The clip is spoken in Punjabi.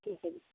ਠੀਕ ਹੈ ਜੀ